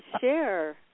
share